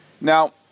Now